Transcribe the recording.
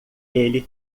ele